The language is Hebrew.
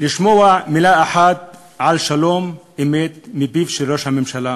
לשמוע מילה אחת על שלום אמת מפיו של ראש הממשלה.